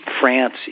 France